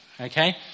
Okay